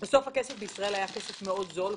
בסוף הכסף בישראל היה כסף מאוד זול,